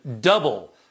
double